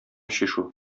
чишү